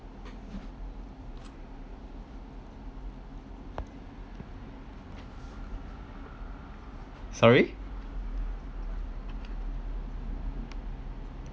sorry